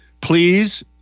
please